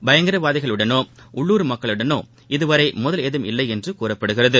பயங்கரவாதிகளுடனோஉள்ளூர் மக்களுடனோ இதுவரைமோதல் ஏதும் இல்லைஎன்றுகூறப்படுகிறது